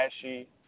flashy